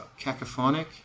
cacophonic